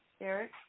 Eric